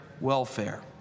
welfare